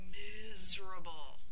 miserable